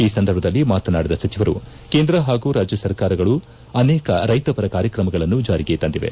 ಈ ಸಂದರ್ಭದಲ್ಲಿ ಮಾತನಾಡಿದ ಸಚಿವರು ಕೇಂದ್ರ ಹಾಗೂ ರಾಜ್ಯ ಸರ್ಕಾರಗಳು ಅನೇಕ ರೈತಪರ ಕಾರ್ಯಕ್ರಮಗಳನ್ನು ಜಾರಿಗೆ ತಂತಿದೆ